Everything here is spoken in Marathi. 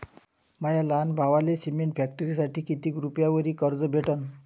माया लहान भावाले सिमेंट फॅक्टरीसाठी कितीक रुपयावरी कर्ज भेटनं?